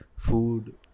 food